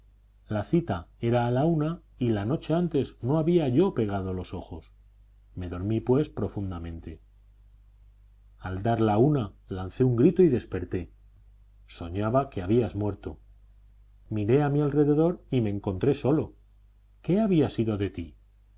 la cita era a la una y la noche antes no había yo pegado los ojos me dormí pues profundamente al dar la una lancé un grito y desperté soñaba que habías muerto miré a mi alrededor y me encontré solo qué había sido de ti